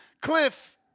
Cliff